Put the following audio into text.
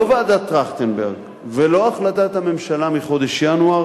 לא ועדת-טרכטנברג ולא החלטת הממשלה מחודש ינואר